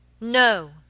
No